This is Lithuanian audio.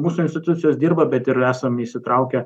mūsų institucijos dirba bet ir esam įsitraukę